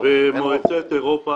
במועצת אירופה